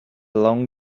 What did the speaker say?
long